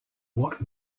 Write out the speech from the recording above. what